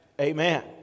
Amen